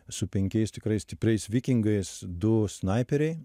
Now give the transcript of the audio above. su penkiais tikrai stipriais vikingais du snaiperiai